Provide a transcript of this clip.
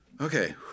Okay